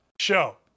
show